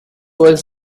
was